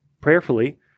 prayerfully